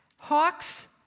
Hawks